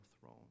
throne